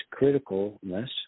criticalness